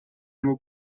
nur